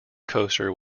coaster